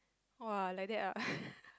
!wah! like that ah